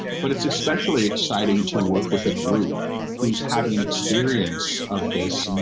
but it's especially exciting to work with a group who's having an experience of this,